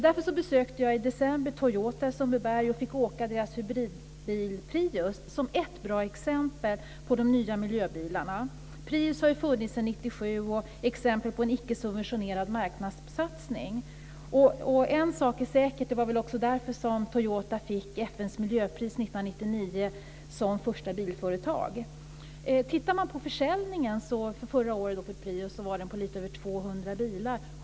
Därför besökte jag i december Toyota i Sundbyberg och fick åka deras hybridbil Prius. Det är ett bra exempel på de nya miljöbilarna. Prius har ju funnits sedan 1997 och är ett exempel på en icke subventionerad marknadssatsning. Det var väl också därför Toyota som första bilföretag fick FN:s miljöpris Tittar man på försäljningen av Prius förra året rörde det sig om lite över 200 bilar.